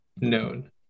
known